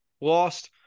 lost